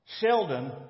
Sheldon